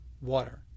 water